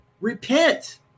repent